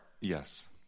yes